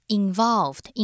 involved